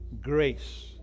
grace